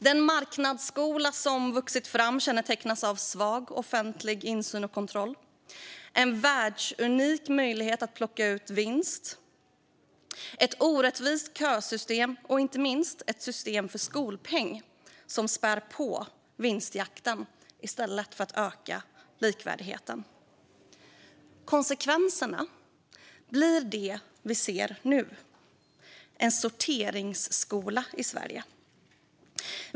Den marknadsskola som vuxit fram kännetecknas av svag offentlig insyn och kontroll, en världsunik möjlighet att plocka ut vinst, ett orättvist kösystem och inte minst ett system för skolpeng som spär på vinstjakten i stället för att öka likvärdigheten. Konsekvenserna blir det vi ser nu: en sorteringsskola i Sverige.